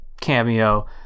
cameo